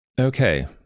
Okay